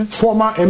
former